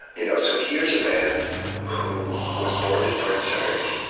you know so here's a man who was born in buenos aires.